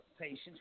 patients